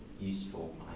useful